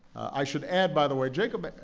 i should add, by the way, jacob,